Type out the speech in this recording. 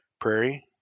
prairie